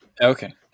okay